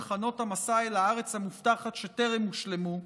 תחנות המסע אל הארץ המובטחת שטרם הושלמו,